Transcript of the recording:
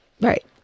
right